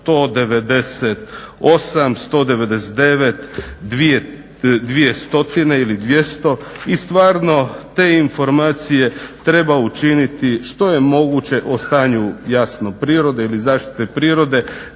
i stvarno te informacije treba učiniti što je moguće, o stanju jasno prirode ili zaštite prirode,